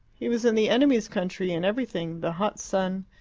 he was in the enemy's country, and everything the hot sun,